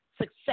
success